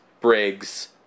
Briggs